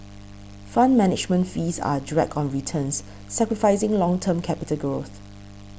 fund management fees are a drag on returns sacrificing long term capital growth